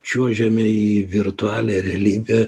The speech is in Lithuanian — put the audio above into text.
čiuožiame į virtualią realybę